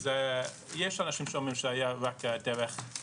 זה הדבר הרשאון שלי,